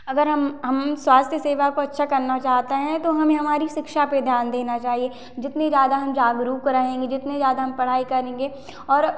अगर हम हम स्वास्थ्य सेवा को अच्छा करना चाहते हैं तो हमें हमारी शिक्षा पे ध्यान देना चाहिए जितने ज़्यादा हम जागरुक रहेंगे जितने ज़्यादा हम पढ़ाई करेंगे और